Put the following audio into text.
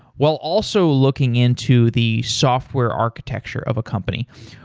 while also looking into the software architecture of a company.